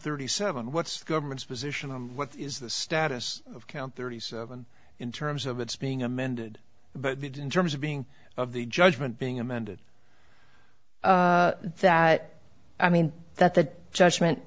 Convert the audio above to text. thirty seven what's government's position on what is the status of count thirty seven in terms of its being amended but in terms of being of the judgment being amended that i mean that that judgment